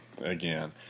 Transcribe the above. again